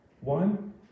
One